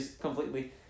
completely